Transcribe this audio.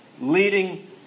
leading